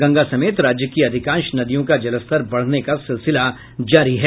गंगा समेत राज्य की अधिकांश नदियों का जलस्तर बढ़ने का सिलसिला जारी है